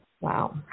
Wow